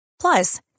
Plus